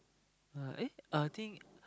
uh eh I think